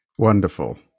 Wonderful